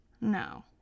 No